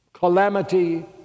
calamity